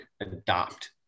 adopt